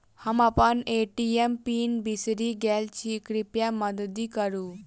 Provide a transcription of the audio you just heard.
हम अप्पन ATM PIN बिसरि गेल छी कृपया मददि करू